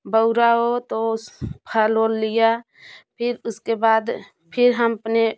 बौर आया ओर तो उस फल उल लिया फिर उसके बाद फिर हम अपने